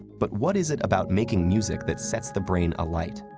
but what is it about making music that sets the brain alight?